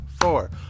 four